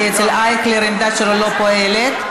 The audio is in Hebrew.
כי העמדה אצל אייכלר לא פועלת,